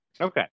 Okay